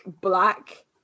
black